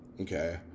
okay